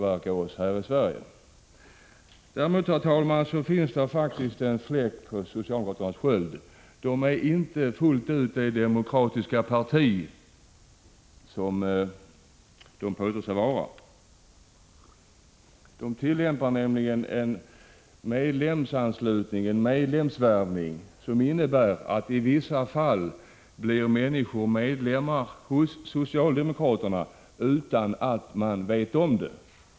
17 STEN ANDERSSON i Malmö : kollektivanslutning till Herr talman! Jag tackar för svaret. polittski para Man brukar av och till i riksdagen tala om att det finns fyra demokratiska partier. Jag är beredd att hålla med om antalet, men däremot inte om vilka partier det gäller. Jag tycker att det kan vara korrekt att säga att vpk i Sverige faktiskt är demokratiskt. Vad deras broderpartier i andra länder gör behöver inte påverka oss här i Sverige. Däremot, herr talman, finns det faktiskt en fläck på socialdemokratins sköld. Det är inte fullt ut det demokratiska parti som man påstår sig vara. Partiet tillämpar nämligen en medlemsanslutning, en medlemsvärvning, som innebär att människor i vissa fall blir medlemmar i det socialdemokratiska partiet utan att veta om det.